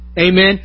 amen